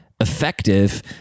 effective